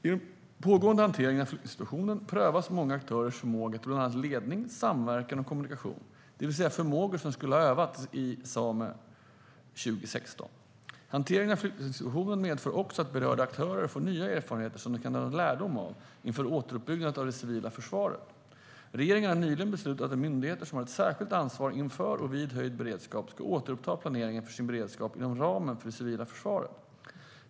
I den pågående hanteringen av flyktingsituationen prövas många aktörers förmåga till bland annat ledning, samverkan och kommunikation, det vill säga förmågor som skulle ha övats i Samö 2016. Hanteringen av flyktingsituationen medför också att berörda aktörer får nya erfarenheter som de kan dra lärdom av inför återuppbyggandet av det civila försvaret. Regeringen har nyligen beslutat att myndigheter som har ett särskilt ansvar inför och vid höjd beredskap ska återuppta planeringen för sin beredskap inom ramen för det civila försvaret.